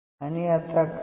आणि आता काय